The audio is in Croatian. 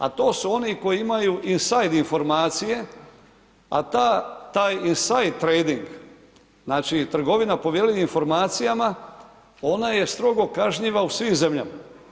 A to su oni koji imaju inside informacije, a taj inside trading, znači trgovina povjerljivim informacijama, ona je strogo kažnjiva u svim zemljama.